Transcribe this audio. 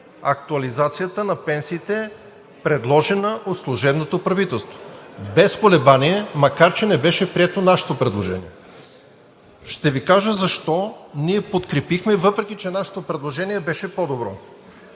актуализацията на пенсиите, предложена от служебното правителство, без колебание, макар че не беше нашето предложение. Ще Ви кажа защо ние подкрепихме, въпреки че нашето предложение беше по-добро: